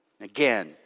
Again